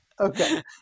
okay